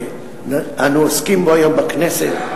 שאנו עוסקים בו היום בכנסת,